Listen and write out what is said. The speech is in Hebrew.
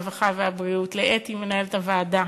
הרווחה והבריאות: למנהלת הוועדה,